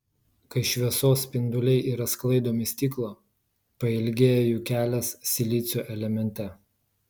kai šviesos spinduliai yra sklaidomi stiklo pailgėja jų kelias silicio elemente